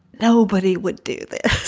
nobody would do this,